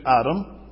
Adam